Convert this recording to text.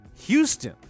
Houston